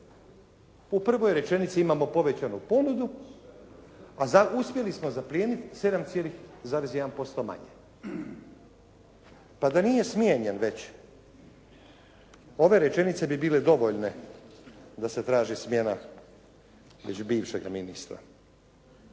U prvoj rečenici imamo povećanu ponudu, a uspjeli smo zaplijeniti 7,1% manje. Pa da nije smijenjen već ove rečenice bi bile dovoljne da se traži smjena već bivšega ministra.